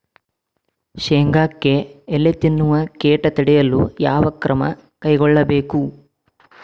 ಶೇಂಗಾಕ್ಕೆ ಎಲೆ ತಿನ್ನುವ ಕೇಟ ತಡೆಯಲು ಯಾವ ಕ್ರಮ ಕೈಗೊಳ್ಳಬೇಕು?